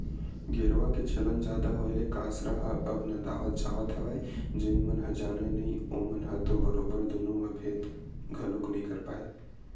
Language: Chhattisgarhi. गेरवा के चलन जादा होय ले कांसरा ह अब नंदावत जावत हवय जेन मन ह जानय नइ ओमन ह तो बरोबर दुनो म भेंद घलोक नइ कर पाय